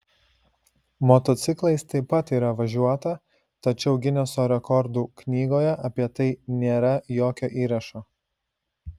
motociklais taip pat yra važiuota tačiau gineso rekordų knygoje apie tai nėra jokio įrašo